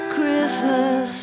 Christmas